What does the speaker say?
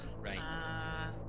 Right